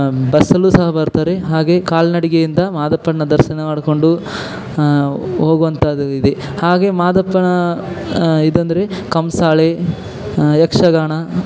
ಬಸ್ಸಲ್ಲೂ ಸಹ ಬರುತ್ತಾರೆ ಹಾಗೆ ಕಾಲ್ನಡಿಗೆಯಿಂದ ಮಾದಪ್ಪನ ದರ್ಶನ ಮಾಡಿಕೊಂಡು ಹೋಗುವಂಥದ್ದು ಇದೆ ಹಾಗೆ ಮಾದಪ್ಪನ ಇದಂದರೆ ಕಂಸಾಳೆ ಯಕ್ಷಗಾನ